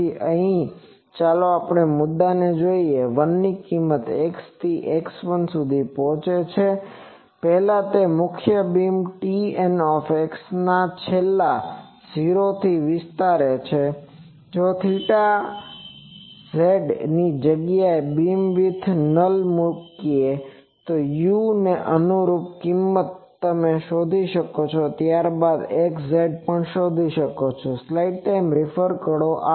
તેથી અહીંથી ચાલો આપણે આ મુદ્દાને જોઈએ 1 ની કિંમત x થી x1 સુધી પહોંચે તે પહેલા મુખ્ય બીમ Tn ના છેલ્લા 0 થી વિસ્તરે છે જો z ની જગ્યા એ બીમ નલ મૂકીએ તો u ને અનુરૂપ કીંમત તમે શોધી શકો છો અને ત્યાર બાદ xzપણ શોધી શકો છો